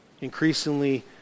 Increasingly